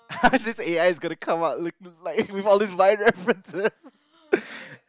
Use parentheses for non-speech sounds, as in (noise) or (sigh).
(laughs) this A_I is gonna come out with like with all these vine references